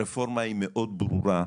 הרפורמה היא מאוד ברורה,